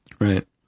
Right